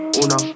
una